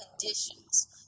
conditions